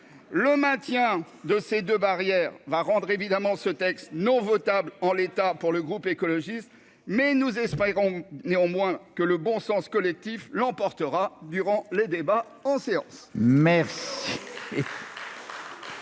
le maintien de ces de barrière va rendre évidemment ce texte nos tables en l'état pour le groupe écologiste, mais nous espérons néanmoins que le bon sens collectif l'emportera durant les débats en séance. Merci